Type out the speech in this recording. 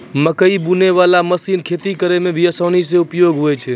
मकैइ बुनै बाला मशीन खेती करै मे बहुत आसानी होय छै